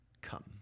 come